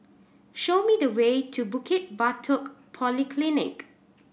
show me the way to Bukit Batok Polyclinic